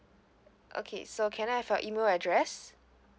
okay so can I have your email address